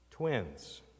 twins